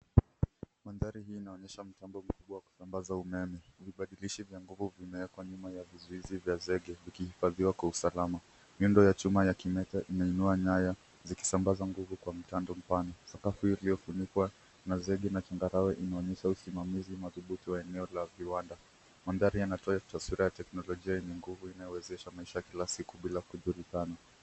Mandhari hii inaonyesha mtambo mkuu wa kusambaza umeme. Vibadilisha vya nguvu vimeekwa nyuma ya vizuizi vya zege vikihifadhiwa kwa usalama. Nyundo ya chuma ya kimeta imeinua nyaya zikisambaza nguvu kwa mpando mpando. Sakafu iliyofunikwa na zege na changarawe inaonyesha usimamizi madhubuti wa eneo la viwanda. Mandhari inatoa taswira ya teklonojia yenye nguvu inayowezesha maisha ya kila siku bila kujulikana.